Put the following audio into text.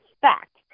fact